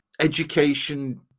education